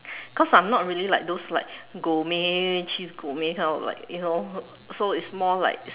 cos I'm not really like those like gourmet cheese gourmet kind of like you know so it's more like